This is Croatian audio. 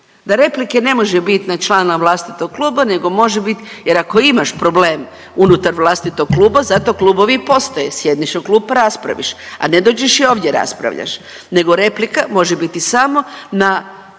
Da replike ne može bit na člana vlastitog kluba nego može bit, jer ako imaš problem unutar vlastitog kluba, zato klubovi i postoje. Sjedneš u klub pa raspraviš, a ne dođeš i ovdje raspravljaš. Nego replika može biti samo na člana drugog kluba